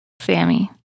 Sammy